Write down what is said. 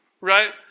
right